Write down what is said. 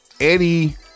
Eddie